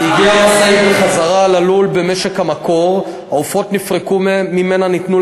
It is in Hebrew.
פועל יוצא: המשאית, תקשיבו, הופנתה למשחטה